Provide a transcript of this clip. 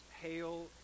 hail